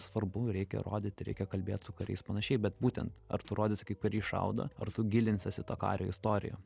svarbu reikia rodyti reikia kalbėt su kariais panašiai bet būtent ar tu rodysi kaip kariai šaudo ar tu gilinsies į to kario istoriją